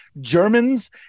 Germans